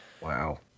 Wow